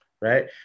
right